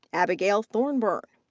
abigail thorburn.